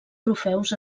trofeus